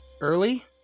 Early